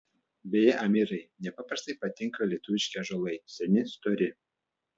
beje amirai nepaprastai patinka lietuviški ąžuolai seni stori